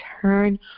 turn